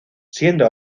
siendo